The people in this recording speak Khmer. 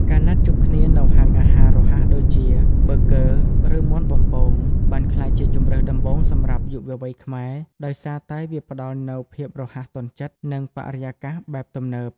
ការណាត់ជួបគ្នានៅហាងអាហាររហ័សដូចជា ប៊ឺហ្គឺ ឬមាន់បំពង បានក្លាយជាជម្រើសដំបូងសម្រាប់យុវវ័យខ្មែរ ដោយសារតែវាផ្ដល់នូវភាពរហ័សទាន់ចិត្ត និងបរិយាកាសបែបទំនើប។